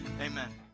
amen